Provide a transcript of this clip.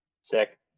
Sick